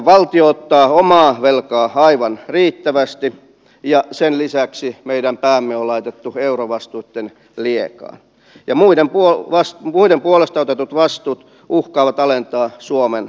valtio ottaa omaa velkaa aivan riittävästi ja sen lisäksi meidän päämme on laitettu eurovastuitten liekaan ja muiden puolesta otetut vastuut uhkaavat alentaa suomen luottoluokitusta